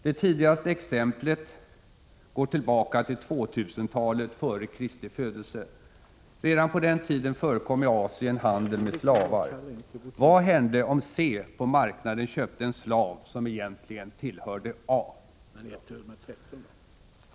Det tidigaste exemplet går tillbaka till 2000-talet före Kristi födelse. Redan på den tiden förekom i Asien handel med slavar. Vad hände om C på marknaden av B köpte en slav som egentligen tillhörde A?